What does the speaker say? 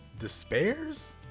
despairs